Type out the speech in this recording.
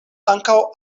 ankaŭ